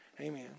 Amen